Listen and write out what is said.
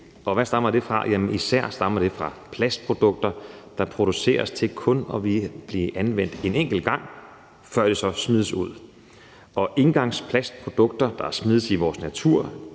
Hvad stammer det fra? Især stammer det fra plastprodukter, der produceres til kun at blive anvendt en enkelt gang, før det så smides ud. Engangsplastprodukter, der smides i vores natur,